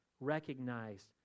recognized